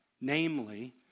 Namely